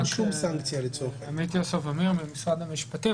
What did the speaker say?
עמית עמיר ממשרד המשפטים.